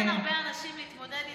אבל אין כאן הרבה אנשים להתמודד איתו.